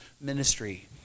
ministry